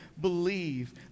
believe